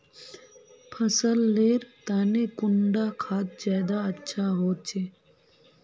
फसल लेर तने कुंडा खाद ज्यादा अच्छा होचे?